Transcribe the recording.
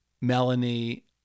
Melanie